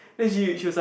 then she she was like